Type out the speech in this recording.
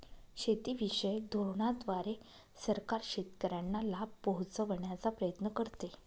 शेतीविषयक धोरणांद्वारे सरकार शेतकऱ्यांना लाभ पोहचवण्याचा प्रयत्न करते